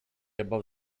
above